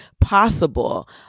possible